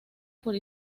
por